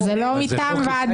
אבל זה לא מטעם ועדה.